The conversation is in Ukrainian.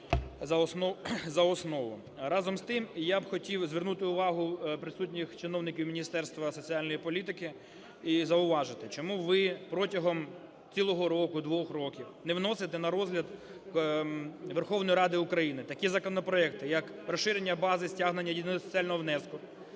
за основу. Разом з тим, я б хотів звернути увагу присутніх чиновників Міністерства соціальної політики і зауважити, чому ви протягом цілого року, двох років не вносите на розгляд Верховної Ради України такі законопроекти, як розширення бази стягнення єдиного соціального внеску?